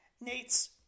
Nate's